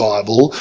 Bible